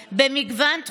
יצרו כאן עסקים,